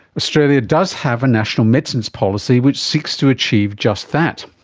australia does have a national medicines policy which seeks to achieve just that.